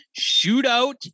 shootout